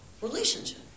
relationship